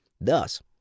Thus